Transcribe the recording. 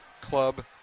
Club